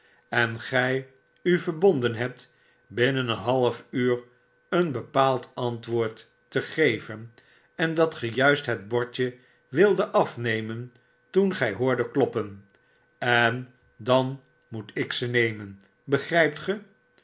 en gj u verbonden hebt binnen een half uur hun een bepaald antwoord te geven en dat ge juist het bordje wildet afnemen toen gij hoordet kloppen en dan moet ik ze nemen begryptge een